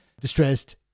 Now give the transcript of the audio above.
distressed